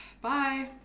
Bye